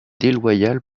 déloyale